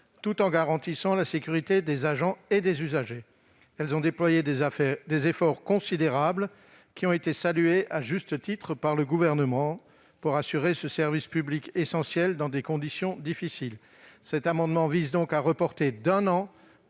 tout en garantissant la sécurité des agents et des usagers. Elles ont déployé des efforts considérables, qui ont été salués à juste titre par le Gouvernement, pour assurer ce service public essentiel dans des conditions difficiles. Cet amendement vise à reporter d'un an